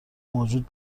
موجود